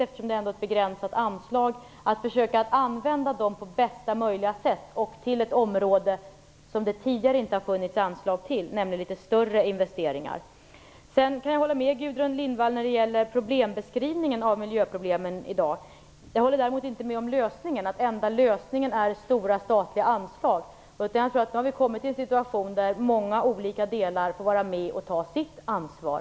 Därför tyckte vi att det var rimligt att försöka använda det på bästa möjliga sätt och på ett område som det tidigare inte har funnits anslag till; det handlar om litet större investeringar. Jag kan hålla med Gudrun Lindvall när det gäller beskrivningen av miljöproblemen i dag. Jag håller däremot inte med om att den enda lösningen är stora statliga anslag. Jag tror att vi nu har kommit till en situation där många måste vara med och ta sitt ansvar.